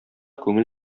күңел